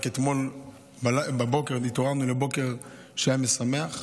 רק אתמול בבוקר עוד התעוררנו לבוקר שהיה משמח,